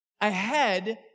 ahead